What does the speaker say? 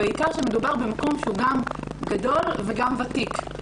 בעיקר כשמדובר במקום שהוא גם גדול וגם ותיק.